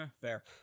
fair